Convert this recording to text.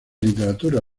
literatura